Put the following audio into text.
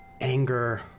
anger